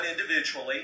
individually